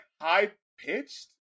high-pitched